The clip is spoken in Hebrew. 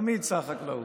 תמיד שר החקלאות.